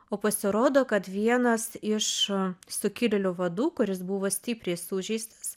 o pasirodo kad vienas iš sukilėlių vadų kuris buvo stipriai sužeistas